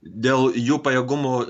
dėl jų pajėgumų